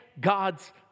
God's